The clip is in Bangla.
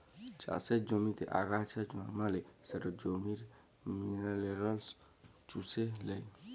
চাষের জমিতে আগাছা জল্মালে সেট জমির মিলারেলস চুষে লেই